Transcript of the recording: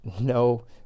No